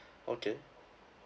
okay